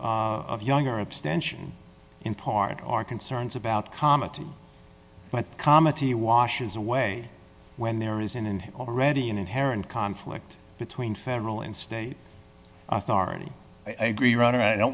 of younger abstention in part are concerns about comedy but comedy washes away when there isn't and already an inherent conflict between federal and state authority i agree rather i don't